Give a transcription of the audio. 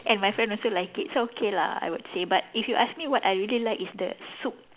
and my friend also like it so okay lah I would say but if you ask me what I really like is the soup